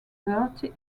dirty